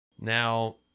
now